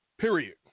period